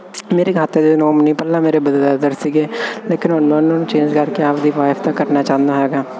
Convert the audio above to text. ਮੇਰੇ ਖਾਤੇ ਦੇ ਨੋਮੀਨੀ ਪਹਿਲਾਂ ਮੇਰੇ ਬ੍ਰਦਰ ਸੀਗੇ ਲੇਕਿਨ ਹੁਣ ਉਹਨਾਂ ਨੂੰ ਚੇਂਜ ਕਰਕੇ ਆਪਦੀ ਵਾਈਫ ਦਾ ਕਰਨਾ ਚਾਹੁੰਦਾ ਹੈਗਾ